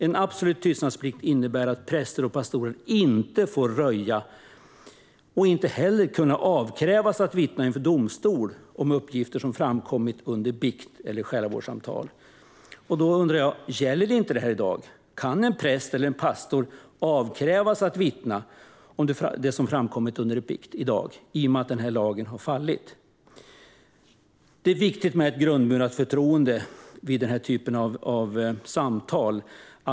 En absolut tystnadsplikt innebär att präster och pastorer inte får röja och inte heller ska kunna avkrävas att vittna inför domstol om uppgifter som framkommit under bikt eller själavårdssamtal. Jag undrar: Gäller inte detta i dag? Kan en präst eller pastor i dag avkrävas att vittna om det som framkommit under bikt? Lagen om detta har ju fallit. Det är viktigt med ett grundmurat förtroende vid samtal som dessa.